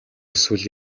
эсвэл